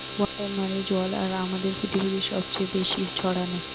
water মানে জল আর আমাদের পৃথিবীতে সবচে বেশি ছড়ানো